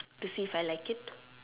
to see if I like it